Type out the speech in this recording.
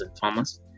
farmers